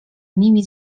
nimi